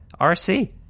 RC